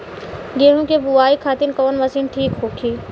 गेहूँ के बुआई खातिन कवन मशीन ठीक होखि?